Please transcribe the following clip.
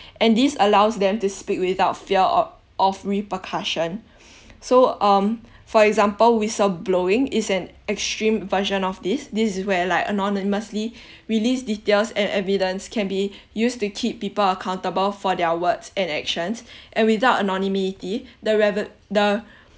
and this allows them to speak without fear of of repercussion so (um)for example whistleblowing is an extreme version of this this is where like anonymously released details and evidence can be used to keep people accountable for their words and actions and without anonymity the reve~ the